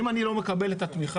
אם אני לא אקבל את התמיכה,